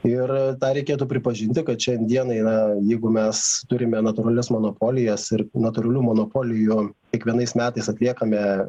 ir dar reikėtų pripažinti kad šiandieną yra jeigu mes turime natūralias monopolijas ir natūralių monopolijų kiekvienais metais atliekame